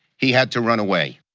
he had to run away.